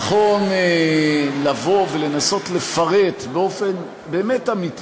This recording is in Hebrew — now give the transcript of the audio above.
נכון לבוא ולנסות לפרט באופן באמת אמיתי